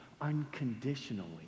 unconditionally